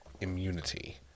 immunity